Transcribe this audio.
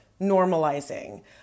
normalizing